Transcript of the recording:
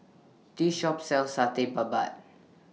This Shop sells Satay Babat